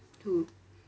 who